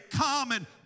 common